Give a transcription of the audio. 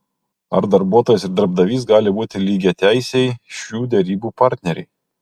ar darbuotojas ir darbdavys gali būti lygiateisiai šių derybų partneriai